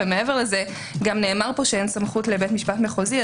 מעבר לזה, נאמר פה שאין סמכות לבית משפט מחוזי.